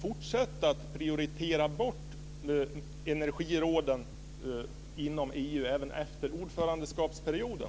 även efter ordförandeskapsperioden?